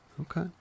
okay